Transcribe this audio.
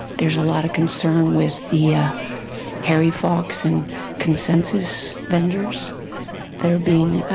there's a lot of concern with the ah harry fox and consensus vendors that are being